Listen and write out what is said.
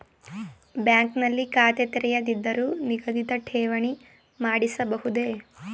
Bank ನಲ್ಲಿ ಖಾತೆ ತೆರೆಯದಿದ್ದರೂ ನಿಗದಿತ ಠೇವಣಿ ಮಾಡಿಸಬಹುದೇ?